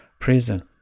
prison